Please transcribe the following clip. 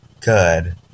good